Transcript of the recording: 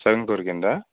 సగం కొరికిందా